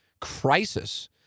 crisis